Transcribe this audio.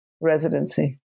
residency